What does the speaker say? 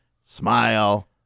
smile